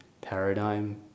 paradigm